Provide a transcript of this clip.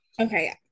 okay